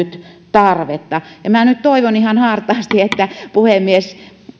tarvetta minä nyt toivon ihan hartaasti että puhemies